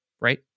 Right